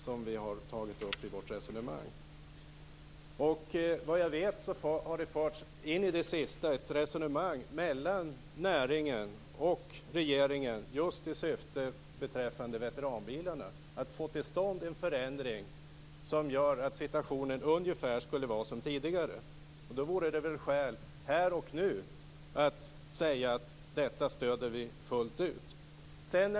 Såvitt jag vet har det in i det sista förts ett resonemang mellan näringen och regeringen för att få till stånd en förändring beträffande veteranbilarna som gör att situationen förblir ungefär densamma som tidigare. Då vore det väl skäl att här och nu stödja detta fullt ut.